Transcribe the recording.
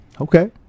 Okay